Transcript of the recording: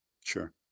Sure